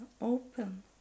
open